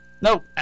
No